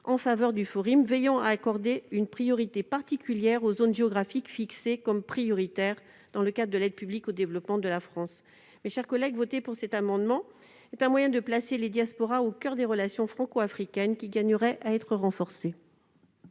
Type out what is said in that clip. en faveur du Forim, en veillant à accorder une priorité particulière aux zones géographiques définies comme prioritaires dans le cadre de l'APD de la France. Mes chers collègues, voter cet amendement est un moyen de placer les diasporas au coeur des relations franco-africaines, lesquelles gagneraient à être renforcées.